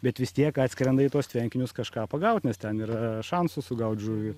bet vis tiek atskrenda į tuos tvenkinius kažką pagaut nes ten yra šansų sugaut žuvį